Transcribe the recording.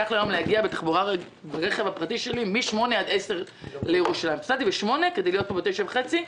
יצאתי היום ב-08:00 ברכבי הפרטי כדי להיות פה ב-09:30,